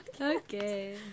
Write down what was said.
Okay